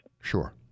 Sure